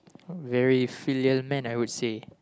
uh very filial man I would say